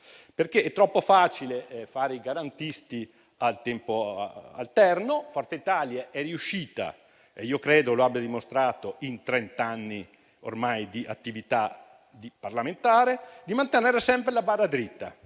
perché è troppo facile fare i garantisti a tempo alterno. Forza Italia è riuscita - credo lo abbia dimostrato in ormai trent'anni di attività parlamentare - a mantenere sempre la barra dritta